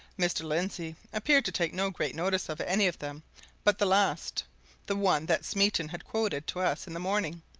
mr. lindsey appeared to take no great notice of any of them but the last the one that smeaton had quoted to us in the morning.